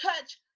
touch